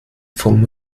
vom